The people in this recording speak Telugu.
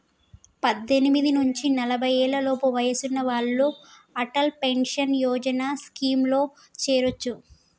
పద్దెనిమిది నుంచి నలభై ఏళ్లలోపు వయసున్న వాళ్ళు అటల్ పెన్షన్ యోజన స్కీమ్లో చేరొచ్చు